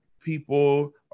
people